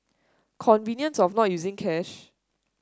convenience of not using cash